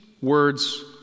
words